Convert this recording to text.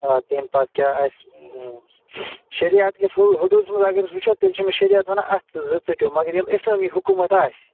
آ تَمہِ پتہٕ کیٛاہ آسہِ شرعیتکِس حدوٗدس مَنٛز اَگر أسۍ وُچھو أمِس چھُ شرعیت ونان اَتھٕ زٕ ژٔٹِو مگر ییٚلہِ اِسلٲمی حکوٗمت آسہِ